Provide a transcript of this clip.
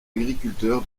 agriculteur